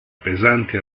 pesanti